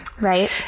Right